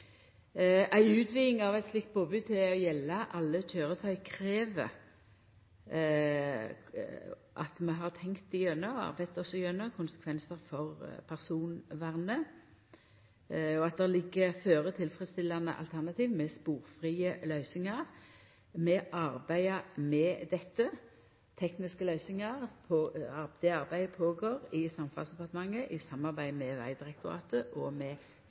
Ei utviding av eit slikt påbod til å gjelda alle køyretøy krev at vi har tenkt gjennom og arbeidd oss gjennom konsekvensar for personvernet, og at det ligg føre tilfredsstillande alternativ med sporfrie løysingar. Vi arbeider med dette. Arbeidet med tekniske løysingar går føre seg i Samferdselsdepartementet, i samarbeid med Vegdirektoratet, Fornyings-, administrasjons- og